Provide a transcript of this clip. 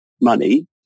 money